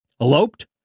eloped